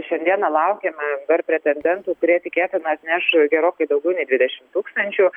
šiandieną laukiame dar pretendentų kurie tikėtina atneš gerokai daugiau nei dvidešimt tūkstančių